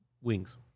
wings